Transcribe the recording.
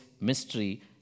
mystery